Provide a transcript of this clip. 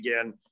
again